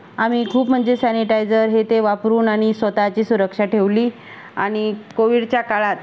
आम्ही खूप म्हणजे सॅनिटायझर हे ते वापरून आम्ही स्वत ची सुरक्षा ठेवली आणि कोविडच्या काळात